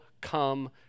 come